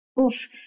oof